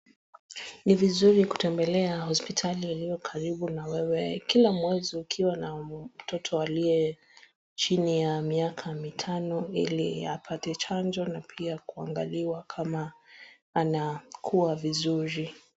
Ni vizuuri kutembelea hospitali iliyo karibu nawewe kila mwezi ukiwa na mtoto aliye chini ya miaka mitano ili apate chanjo na pia kuangaliwa kama anakuwa vizuri.